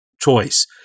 choice